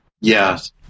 Yes